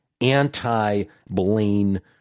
anti-Blaine